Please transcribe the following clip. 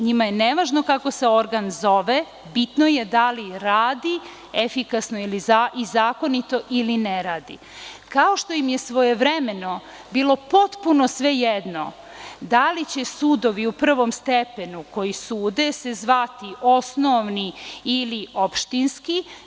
Njima je nevažno kako se organ zove, bitno je da li radi efikasno i zakonito ili ne radi, kao što im je svojevremeno bilo potpuno svejedno da li će sudovi u prvom stepenu koji sude se zvati osnovni ili opštinski.